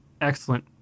excellent